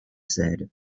said